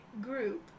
group